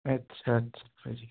ਅੱਛਾ ਅੱਛਾ ਜੀ